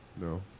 No